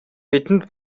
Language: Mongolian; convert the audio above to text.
бидэнд